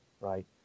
right